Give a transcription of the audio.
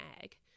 egg